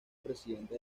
presidente